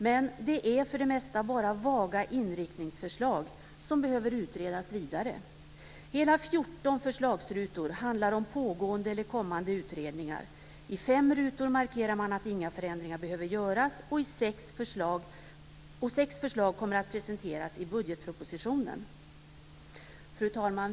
Men det är för det mesta bara vaga inriktningsförslag som behöver utredas vidare. Hela 14 förslagsrutor handlar om pågående eller kommande utredningar. I fem rutor markerar man att inga förändringar behöver göras, och sex förslag kommer att presenteras i budgetpropositionen. Fru talman!